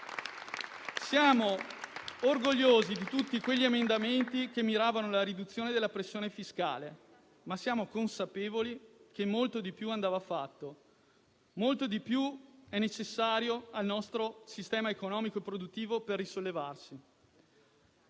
Siamo orgogliosi di tutti quegli emendamenti che miravano alla riduzione della pressione fiscale, ma siamo consapevoli che molto di più andava fatto. Molto di più è necessario al nostro sistema economico e produttivo per risollevarsi.